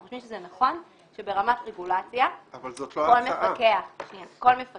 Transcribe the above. אנחנו חושבים שנכון שברמת רגולציה כל מפקח רואה